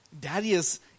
Darius